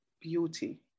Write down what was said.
beauty